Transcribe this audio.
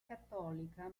cattolica